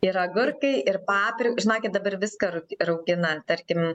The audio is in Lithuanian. ir agurkai ir paprikos žinokit dabar viską raugina tarkim